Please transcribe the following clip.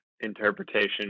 interpretation